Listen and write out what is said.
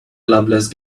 lovelace